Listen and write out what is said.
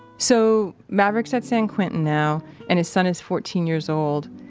so, maverick's at san quentin now and his son is fourteen years old,